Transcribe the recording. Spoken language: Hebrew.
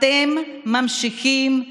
אתם ממשיכים להסית,